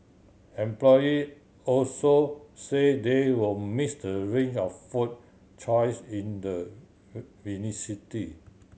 employee also say they will miss the range of food choice in the